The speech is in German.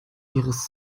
ihres